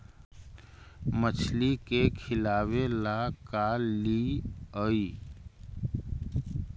मछली के खिलाबे ल का लिअइ?